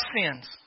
sins